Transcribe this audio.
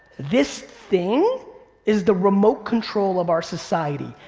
this thing is the remote control of our society.